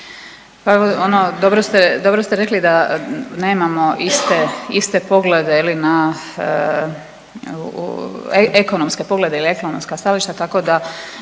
Pa dobro ste rekli da nemamo iste poglede na, ekonomske poglede ili ekonomska stajališta tako da